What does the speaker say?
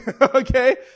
Okay